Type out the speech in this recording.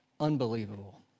Unbelievable